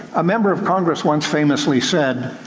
a member of congress once famously said,